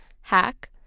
hack